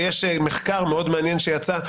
ויש מחקר מאוד מעניין שיצא,